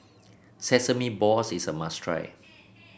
Sesame Balls is a must try